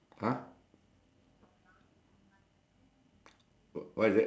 two man pushing the car while while the while the while the dog is inside lah